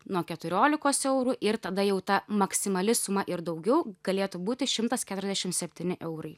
nuo keturiolikos eurų ir tada jau ta maksimali suma ir daugiau galėtų būti šimtas keturiasdešim septyni eurai